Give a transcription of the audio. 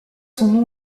son